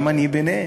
וגם אני ביניהם.